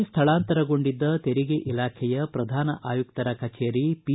ಪಣಜಿಗೆ ಸ್ವಳಾಂತರಗೊಂಡಿದ್ದ ತೆರಿಗೆ ಇಲಾಖೆಯ ಪ್ರಧಾನ ಆಯುಕ್ತರ ಕಭೇರಿ ಪಿ